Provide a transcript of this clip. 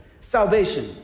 Salvation